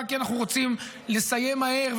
רק כי אנחנו רוצים לסיים מהר,